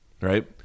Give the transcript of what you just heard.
right